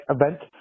event